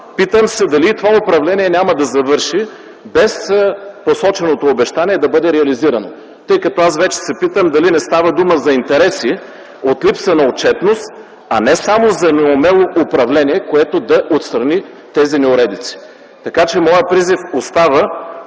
Питам се дали и това управление няма да завърши, без посоченото обещание да бъде реализирано, тъй като аз вече се питам дали не става дума за интереси от липса на отчетност, а не само за неумело управление, което да отстрани тези неуредици. Моят призив остава